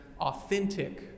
authentic